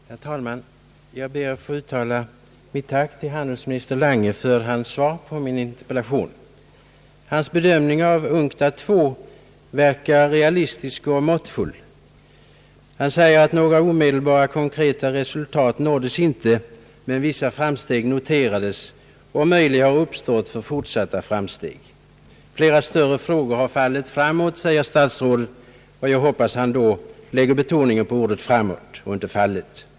Herr talman! Jag ber att få uttala mitt tack till handelsminister Lange för hans svar på min interpellation. Hans hedömning av UNCTAD II verkar realistisk och måttfull. Statsrådet Lange säger att några omedelbara konkreta resultat inte nåddes men att vissa framsteg noterades samt att möjligheter har uppstått för fortsatta framsteg. Flera större frågor har fallit framåt, säger statsrådet. Jag hoppas att han då lägger betoningen på »framåt» och inte på »fallit».